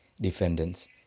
defendants